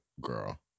girl